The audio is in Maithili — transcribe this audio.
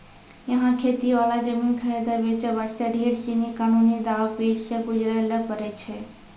यहाँ खेती वाला जमीन खरीदै बेचे वास्ते ढेर सीनी कानूनी दांव पेंच सॅ गुजरै ल पड़ै छै